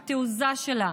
התעוזה שלה,